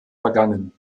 vergangen